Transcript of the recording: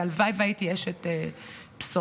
והלוואי שהייתי אשת בשורות.